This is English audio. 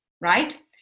right